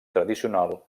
tradicional